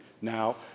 now